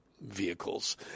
vehicles